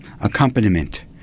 accompaniment